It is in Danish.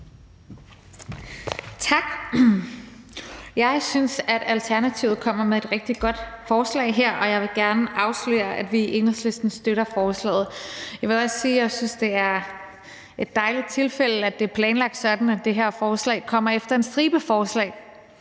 Tak. Jeg synes, at Alternativet kommer med et rigtig godt forslag her, og jeg vil gerne afsløre, at vi i Enhedslisten støtter forslaget. Jeg vil godt sige, at jeg synes, det er et dejligt tilfælde, at det er planlagt sådan, at det her forslag kommer efter en stribe forslag,